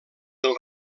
del